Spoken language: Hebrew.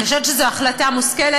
אני חושבת שזו החלטה מושכלת.